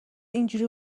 اینجوری